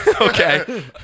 Okay